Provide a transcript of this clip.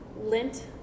Lint